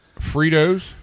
Fritos